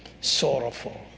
Sorrowful